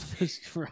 right